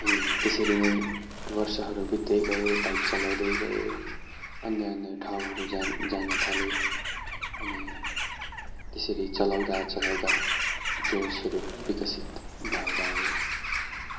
अनि त्यसरी नै वर्षहरू बित्दै गए बाइक चलाउँदै गएँ अन्य अन्य ठाउँहरू जान जान थालेँ अनि त्यसरी चलाउँदा चलाउँदा जोसहरू विकसित भएर आयो